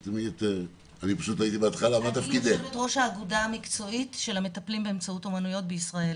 אני יושבת-ראש האגודה המקצועית של המטפלים באמצעות אומנויות בישראל.